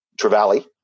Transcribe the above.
trevally